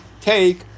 take